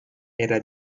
era